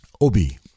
Obi